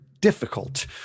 difficult